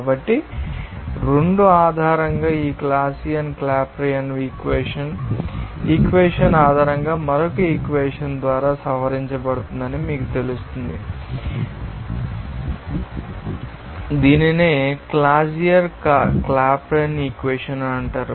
కాబట్టి రెండు ఆధారంగా ఈ క్లాసియస్ క్లాపెరాన్ ఇక్వేషన్ ఈ ఇక్వేషన్ ఆధారంగా మరొక ఇక్వేషన్ ద్వారా సవరించబడిందని మీకు తెలుసు దీనిని క్లాసియస్ క్లాపెరాన్ ఇక్వేషన్ అంటారు